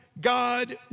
God